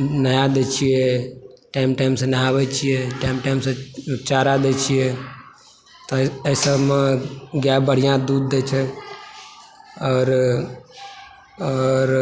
नहा दै छियै टाइम टाइम से नाहाबै छियै टाइम टाइम से चारा दै छियै एहि सबमे गाय बढ़िऑं दूध दै छै आओर आओर